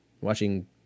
watching